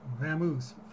Vamoose